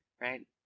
right